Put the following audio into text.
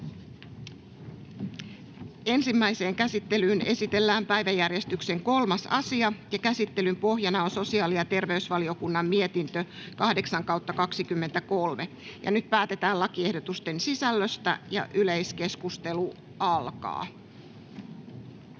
Ensimmäiseen käsittelyyn esitellään päiväjärjestyksen 3. asia. Käsittelyn pohjana on sosiaali- ja terveysvaliokunnan mietintö StVM 8/2023 vp. Nyt päätetään lakiehdotuksen sisällöstä. — Yleiskeskustelu alkaa.